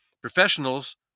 professionals